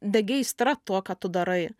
degi aistra tuo ką tu darai